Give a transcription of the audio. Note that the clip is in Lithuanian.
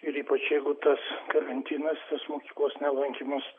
ir ypač jeigu tas karantinas tas mokyklos nelankymas